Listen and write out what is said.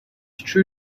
true